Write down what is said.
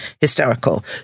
hysterical